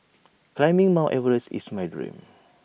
climbing mount Everest is my dream